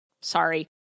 Sorry